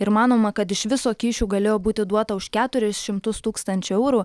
ir manoma kad iš viso kyšių galėjo būti duota už keturis šimtus tūkstančių eurų